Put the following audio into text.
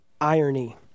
irony